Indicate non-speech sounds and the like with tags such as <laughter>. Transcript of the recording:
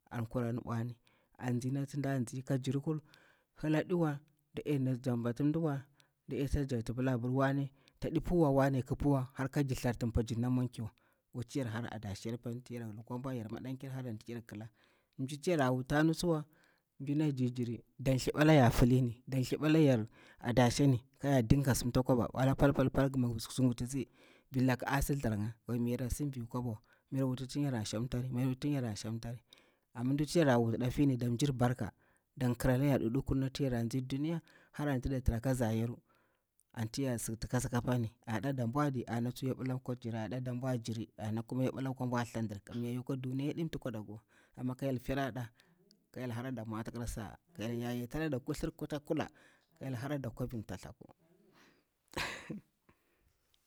An kura nibwani, an tsi nati nda nzi ka jirkur, hila adiwa, taɗe ta zambeti mdiwa, taɗe pila abir wane ki puwa wane aɗi puwa, ka jir tharti pa njir na mwanci wa, wacci yar hara adasher yoru apani yor madan ker har anti yar kila, mjinati yara wutani tsuwa mjina jirjiri ɗan thlita layaru har ti yar kila, dan thliba layar fili ni, dan thlipta layar adashem kayar dinga simta kwaba wala pal pal mi tsugutitsi rilaka a si thar nga, yara sin fi kwaba wa, mi yarki wuti tin yara shantari, amma mji ti yara wutinɗa afini da mjir barka, don kira layar ɗiɗikur nati yara tsi duniyar har anti da tira keza yaru anti yar sikti ka soka pam, aɗa de bwa jiri, ana tsu yobila, ko hyel yafito clode, ko hyel fera da, kofa yeye telode kuthur kulle. <unintelligible> <laughs>